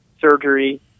surgery